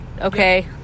okay